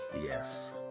Yes